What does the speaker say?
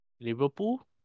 Liverpool